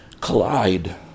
collide